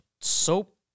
soap